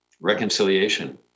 reconciliation